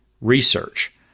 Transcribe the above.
research